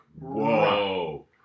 whoa